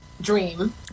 Dream